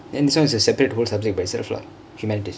then this one is a separate whole subject by itself lah humanities